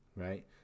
right